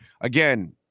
again